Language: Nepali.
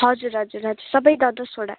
हजुर हजुर हजुर सबै द दसवटा